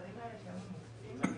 התדרים האלה כיום מוקצים למישהו?